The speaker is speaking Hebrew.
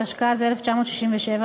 התשכ"ז 1967,